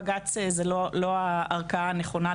בג"ץ הוא לא הערכאה הנכונה,